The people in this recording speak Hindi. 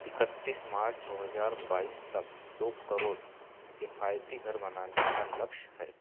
इकत्तीस मार्च दो हज़ार बाइस तक दो करोड़ किफ़ायती घर बनाने का लक्ष्य है